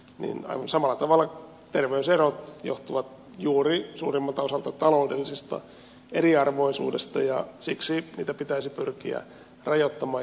aivan samalla tavalla terveyserot johtuvat suurimmalta osalta juuri taloudellisesta eriarvoisuudesta ja siksi niitä pitäisi pyrkiä rajoittamaan